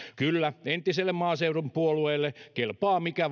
kyllä entiselle maaseudun puolueelle kelpaa mikä